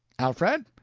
alfred!